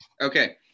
Okay